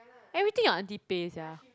everything your aunty pay sia